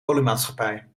oliemaatschappij